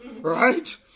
Right